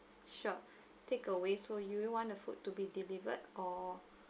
sure take away so do you want the food to be delivered or